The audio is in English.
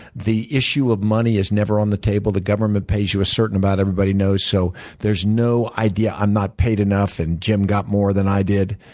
the issue of money is never on the table. the government pays you a certain amount, everybody knows. so there's no idea, i'm not paid enough and jim got more than i did.